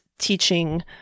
teaching